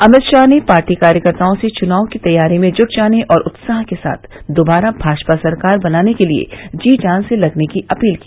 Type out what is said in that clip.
अमित शाह ने पार्टी कार्यकर्ताओं से चुनाव की तैयारी में जुट जाने और उत्साह के साथ दोबारा भाजपा सरकार बनाने के लिये जी जान से लगने की अपील की